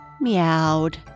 meowed